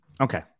Okay